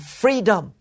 freedom